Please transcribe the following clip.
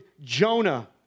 Jonah